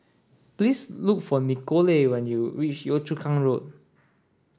please look for Nikole when you reach Yio Chu Kang Road